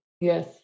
Yes